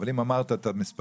אבל אם אמרת את המספרים,